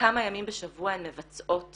כמה ימים בשבוע הן מבצעות